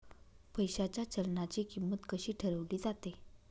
पैशाच्या चलनाची किंमत कशी ठरवली जाते